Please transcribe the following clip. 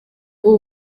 ubu